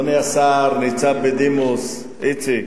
השר, ניצב בדימוס איציק,